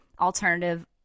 alternative